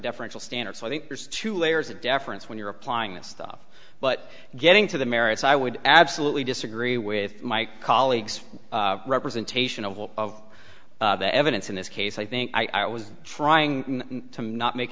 deferential standard so i think there's two layers of deference when you're applying this stuff but getting to the merits i would absolutely disagree with my colleagues representation of what of the evidence in this case i think i was trying to not make